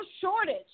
shortage